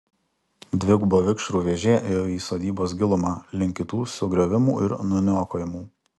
dviguba vikšrų vėžė ėjo į sodybos gilumą link kitų sugriovimų ir nuniokojimų